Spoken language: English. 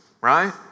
right